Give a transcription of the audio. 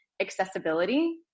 accessibility